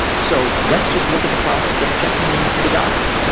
so let's just look at the process of checking into the doctor.